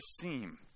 seem